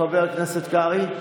חבר הכנסת קרעי.